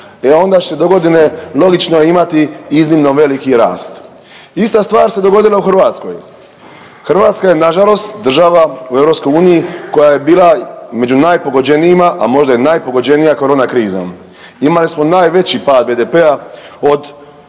e onda ćete dogodine logično imati iznimno veliki rast. Ista stvar se dogodila u Hrvatskoj, Hrvatska je nažalost država u EU koja je bila među najpogođenijima, a možda i najpogođenija korona krizom, imali smo najveći pad BDP-a od